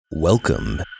Welcome